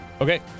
Okay